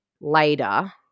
later